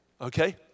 Okay